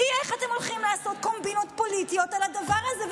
היא איך אתם הולכים לעשות קומבינות פוליטיות על הדבר הזה,